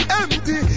empty